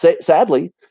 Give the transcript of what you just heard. sadly